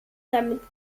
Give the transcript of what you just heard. damit